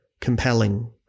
compelling